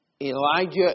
Elijah